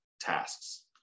tasks